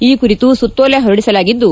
ಈ ಕುರಿತು ಸುತ್ತೋಲೆ ಹೊರಡಿಸಲಾಗಿದ್ದು